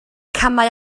camau